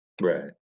Right